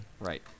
Right